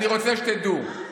אני רוצה שתדעו.